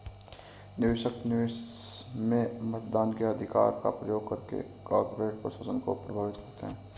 निवेशक, निवेश में मतदान के अधिकार का प्रयोग करके कॉर्पोरेट प्रशासन को प्रभावित करते है